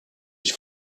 ich